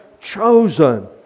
chosen